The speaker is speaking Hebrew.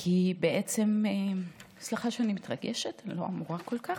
כי בעצם, סליחה שאני מתרגשת, אני לא אמורה כל כך.